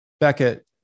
Beckett